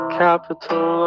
capital